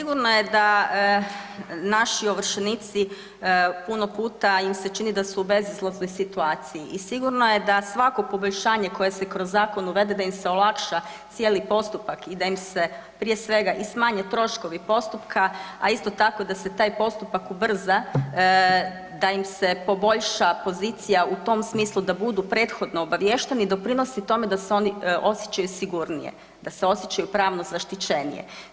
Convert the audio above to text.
Sigurno je da naši ovršenici puno puta im se čini da su u bezizlaznoj situaciji i sigurno je da svako poboljšanje koje se kroz zakon uvede da im se olakša cijeli postupak i da im se prije svega i smanje troškovi postupka, a isto tako da se taj postupak ubrza, da im se poboljša pozicija u tom smislu u tom smislu da budu prethodno obaviješteni doprinosi tome da se oni osjećaju sigurnije, da se osjećaju pravno zaštićenije.